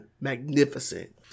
magnificent